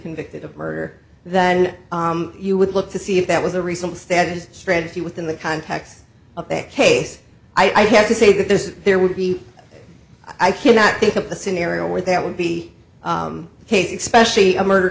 convicted of murder than you would look to see if that was a reasonable status strategy within the context of the case i have to say that this there would be i cannot think of a scenario where that would be ok specially a murder